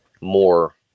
more